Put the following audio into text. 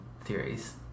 theories